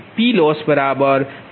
PLoss0